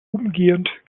umgehend